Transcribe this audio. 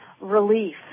relief